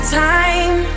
time